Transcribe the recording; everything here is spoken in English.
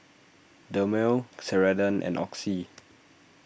Dermale Ceradan and Oxy